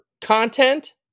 content